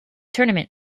tournament